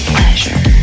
Pleasure